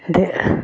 दे